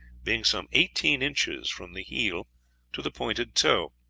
being some eighteen inches from the heel to the pointed toe.